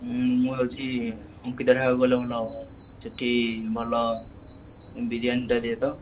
ମୁଁ ଭାବୁଛି ଅଙ୍କିତା ଢାବାକୁ ଗଲେ ଭଲ ହେବ ସେଠି ଭଲ ବିରିୟାନୀଟା ଦିଏ ତ